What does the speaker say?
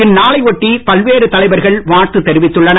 இந்நாளை ஒட்டி பல்வேறு தலைவர்கள் வாழ்த்து தெரிவித்துள்ளனர்